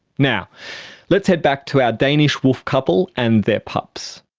now let's head back to our danish wolf couple and their pups.